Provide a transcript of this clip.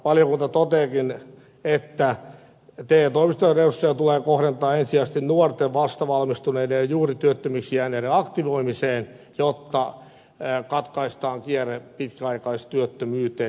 valiokunta toteaakin että te toimistojen resursseja tulee kohdentaa ensisijaisesti nuorten vastavalmistuneiden ja juuri työttömiksi jääneiden aktivoimiseen jotta katkaistaan kierre pitkäaikaistyöttömyyteen jo heti alussa näillä ryhmillä